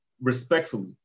respectfully